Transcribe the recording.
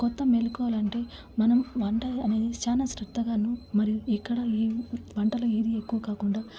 కొత్త మెళుకువలు అంటే మనం వంట అనే చాలా శ్రద్దగాను మరియు ఎక్కడ ఏం వంటలో ఏది ఎక్కువ కాకుండా